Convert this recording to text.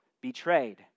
Betrayed